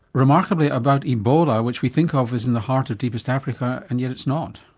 remarkably, about ebola, which we think of as in the heart of deepest africa and yet it's not.